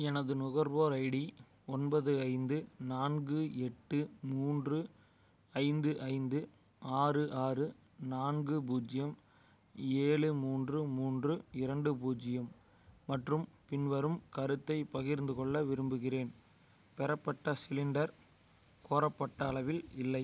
எனது நுகர்வோர் ஐடி ஒன்பது ஐந்து நான்கு எட்டு மூன்று ஐந்து ஐந்து ஆறு ஆறு நான்கு பூஜ்ஜியம் ஏழு மூன்று மூன்று இரண்டு பூஜ்ஜியம் மற்றும் பின்வரும் கருத்தை பகிர்ந்து கொள்ள விரும்புகிறேன் பெறப்பட்ட சிலிண்டர் கோரப்பட்ட அளவில் இல்லை